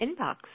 inbox